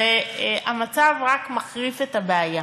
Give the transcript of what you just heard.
והמצב רק מחריף את הבעיה,